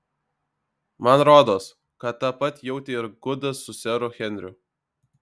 man rodos kad tą pat jautė ir gudas su seru henriu